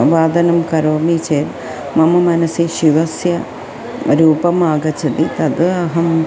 वादनं करोमि चेत् मम मनसि शिवस्य रूपम् आगच्छति तद् अहं